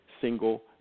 single